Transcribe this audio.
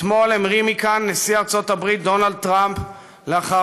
אתמול המריא מכאן נשיא ארצות הברית דונלד טראמפ לאחר